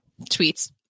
Tweets